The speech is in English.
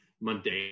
mundane